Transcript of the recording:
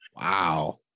wow